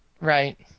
Right